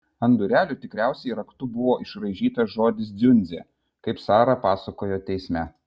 ant durelių tikriausiai raktu buvo išraižytas žodis dziundzė kaip sara ir pasakojo teisme